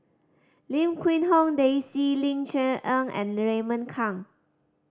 Lim Quee Hong Daisy Ling Cher Eng and Raymond Kang